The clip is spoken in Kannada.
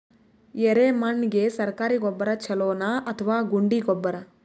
ಎರೆಮಣ್ ಗೆ ಸರ್ಕಾರಿ ಗೊಬ್ಬರ ಛೂಲೊ ನಾ ಅಥವಾ ಗುಂಡಿ ಗೊಬ್ಬರ?